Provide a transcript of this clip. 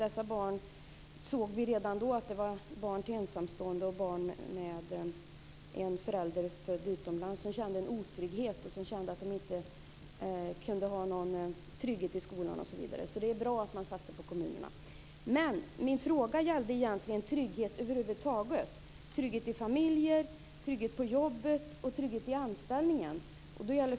Vi såg redan då att det var barn till ensamstående och barn med någon förälder född utomlands som kände en otrygghet, inte hade någon trygghet i skolan osv. Därför är det bra att man satsar på kommunerna. Men min fråga gäller egentligen trygghet över huvud taget, trygghet i familjen, trygghet på jobbet och trygghet i anställningen.